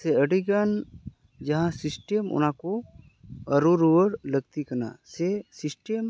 ᱥᱮ ᱟᱹᱰᱤ ᱜᱟᱱ ᱡᱟᱦᱟᱸ ᱥᱤᱥᱴᱮᱢ ᱚᱱᱟ ᱠᱚ ᱟᱹᱨᱩ ᱨᱩᱣᱟᱹᱲ ᱞᱟᱹᱠᱛᱤ ᱠᱟᱱᱟ ᱥᱮ ᱥᱤᱥᱴᱮᱢ